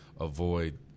avoid